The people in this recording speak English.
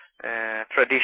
tradition